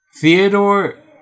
Theodore